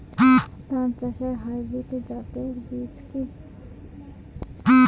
ধান চাষের হাইব্রিড জাতের বীজ কি?